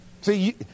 See